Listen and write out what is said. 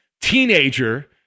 teenager